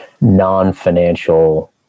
non-financial